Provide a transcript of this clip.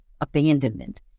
abandonment